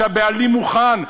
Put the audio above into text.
והבעלים מוכן,